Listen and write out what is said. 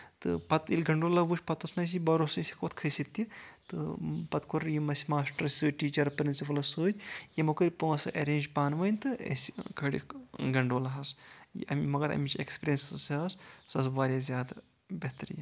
تہٕ پَتہٕ ییٚلہِ گنٛڈولا ؤتھۍ پَتہٕ اوس نہٕ اَسہِ یہِ بَروسٕے أسۍ ہٮ۪کو اَتھ کٔھسِتھ تہِ تہٕ پَتہٕ کوٚر یِم اَسہِ ماسٹر ٲسۍ سۭتۍ ٹیٖچر پرنٛسپل ٲسۍ سۭتۍ یِمو کٔرۍ پونٛسہٕ ایرینٛچ پانہٕ ؤنۍ تہٕ أسۍ کٔڈکھ گنٛڈولاہَس مَگر اَمِچ ایکسپیرینس یۄس ٲس سۄ ٲس واریاہ زیادٕ بہتریٖن